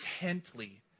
intently